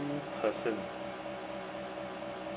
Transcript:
person